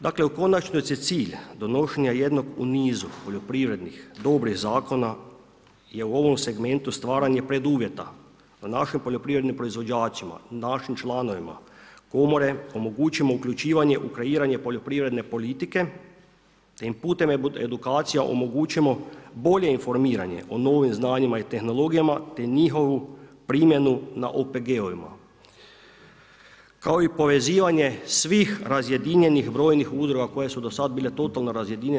Dakle, u konačnici cilj donošenja jednog u nizu poljoprivrednih dobrih zakona je u ovom segmentu stvaranje preduvjete da našim poljoprivrednim proizvođačima, našim članovima komore omogućimo uključivanje u kreiranje poljoprivredne politike, te im putem edukacija omogućimo bolje informiranje o novim znanjima i tehnologijama, te njihovu primjenu na OPG-ovima kao i povezivanje svih razjedinjenih brojnih udruga koje su do sada bile totalno razjedinjene.